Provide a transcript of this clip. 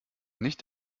nicht